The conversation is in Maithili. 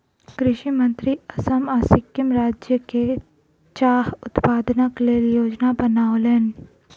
कृषि मंत्री असम आ सिक्किम राज्यक चाह उत्पादनक लेल योजना बनौलैन